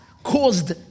Caused